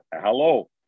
hello